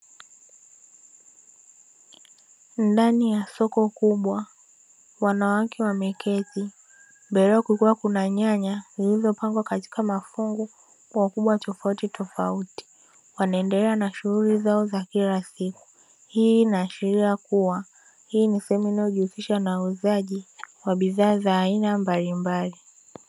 Ndani ya soko kubwa wanawake wameketi, mbele yao kukiwa kuna nyanya zilizopangwa katika mafungu kwa ukubwa tofautitofauti; wanaendelea na shughuli zao za kila siku. Hii inaashiria kuwa hii ni sehemu inayojihusisha na uuzaji wa bidhaa za aina mbalimbali.